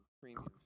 premium